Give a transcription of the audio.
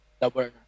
double